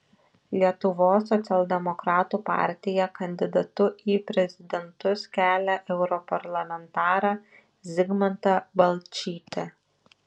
lietuvos socialdemokratų partija kandidatu į prezidentus kelia europarlamentarą zigmantą balčytį